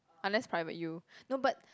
unless private U no but